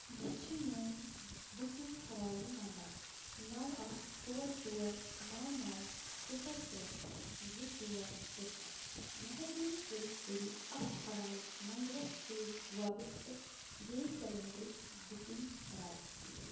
یہِ چھِ میون بُکِنٛگ حوالہٕ نمبر نو اکھ ژور ژور نو نو صفر ترےٚ زٕ ژور صفر مہربٲنی کٔرِتھ کٔرِو اَتھ حوالہٕ نمبرس سۭتۍ وابستہٕ گیس سلنڈرٕچ بُکِنٛگ رد